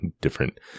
different